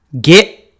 Get